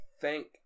thank